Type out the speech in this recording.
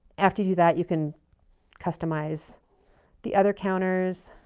after you do that, you can customize the other counters.